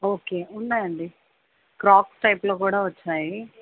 okay ఉన్నాయండి cracks టైప్లో కూడా వచ్చాయి